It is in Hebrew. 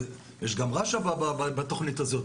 יש גם את רש"א בתוכנית הזאת,